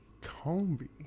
Combi